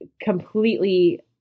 completely